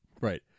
Right